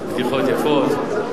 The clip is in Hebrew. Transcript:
כן, בדיחות יפות.